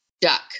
duck